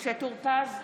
משה טור פז,